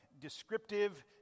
descriptive